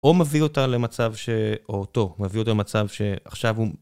או מביא אותה למצב ש... או אותו, מביא אותה למצב שעכשיו הוא...